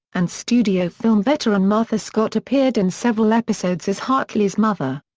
and studio film veteran martha scott appeared in several episodes as hartley's mother.